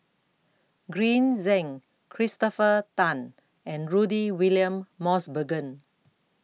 Green Zeng Christopher Tan and Rudy William Mosbergen